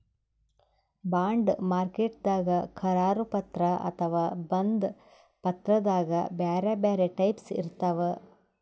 bond ಮಾರ್ಕೆಟ್ದಾಗ್ ಕರಾರು ಪತ್ರ ಅಥವಾ ಬಂಧ ಪತ್ರದಾಗ್ ಬ್ಯಾರೆ ಬ್ಯಾರೆ ಟೈಪ್ಸ್ ಇರ್ತವ್